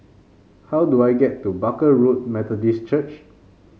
how do I get to Barker Road Methodist Church